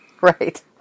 Right